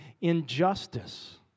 injustice